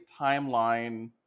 timeline